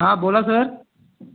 हा बोला सर